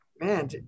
Man